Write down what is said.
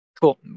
Cool